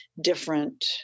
different